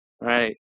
right